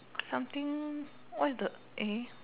something what is the eh